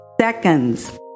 seconds